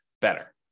better